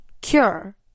cure